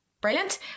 Brilliant